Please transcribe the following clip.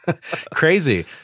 Crazy